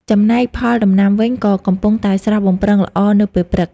ចំណែកផលដំណាំវិញក៏កំពុងតែស្រស់បំព្រងល្អនៅពេលព្រឹក ។